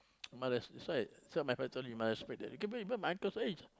but that's that's why some of my friends tell me my su~ you can be even my uncle's age